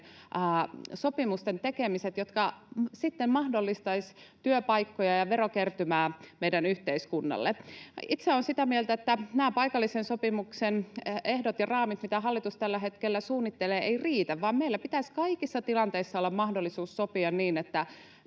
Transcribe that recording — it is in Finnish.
sopimusten tekemisen, jotka mahdollistaisivat työpaikkoja ja verokertymää meidän yhteiskunnalle. Itse olen sitä mieltä, että nämä paikallisen sopimuksen ehdot ja raamit, mitä hallitus tällä hetkellä suunnittelee, eivät riitä vaan meillä pitäisi kaikissa tilanteissa olla mahdollisuus sopia niin, että